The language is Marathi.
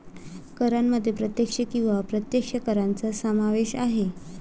करांमध्ये प्रत्यक्ष किंवा अप्रत्यक्ष करांचा समावेश आहे